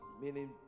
meaning